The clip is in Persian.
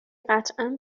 قطعا